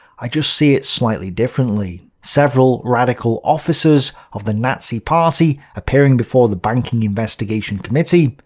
i just see it slightly differently. several radical officers of the nazi party appearing before the banking investigation committee,